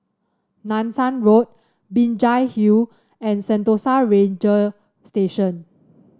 Nanson Road Binjai Hill and Sentosa Ranger Station